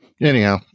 anyhow